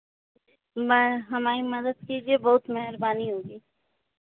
मैं हमारी मदद कीजिए बहुत मेहरबानी होगी